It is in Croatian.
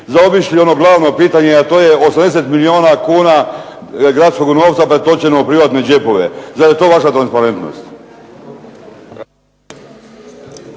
zaobišli ono glavno pitanje, a to je 80 milijuna kuna gradskog novca pretočeno u privatne džepove. Zar je to vaša transparentnost?